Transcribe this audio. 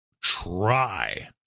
try